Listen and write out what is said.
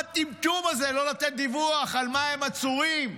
מה הטמטום הזה, לא לתת דיווח על מה הם עצורים?